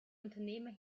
unternehmer